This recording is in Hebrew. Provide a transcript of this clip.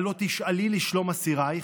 הלוא תשאלי לשלום אסירייך,